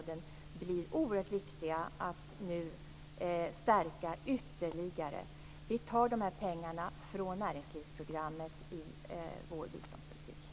Det blir oerhört viktigt att nu ytterligare stärka kontakterna på många olika områden. Vi tar pengarna från näringslivsprogrammet i vår biståndspolitik.